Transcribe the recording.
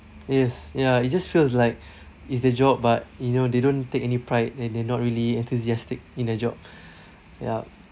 yes ya it just feels like it's their job but you know they don't take any pride and they're not really enthusiastic in the job yup